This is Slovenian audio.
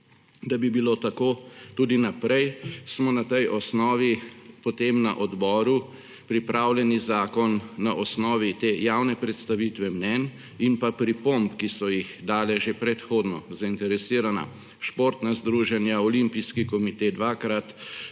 Da bi bilo tako tudi naprej, smo na tej osnovi potem na odboru pripravljeni zakon na osnovi te javne predstavitve mnenj in pripomb, ki so jih dali že predhodno zainteresirana športna združenja, Olimpijski komite dvakrat,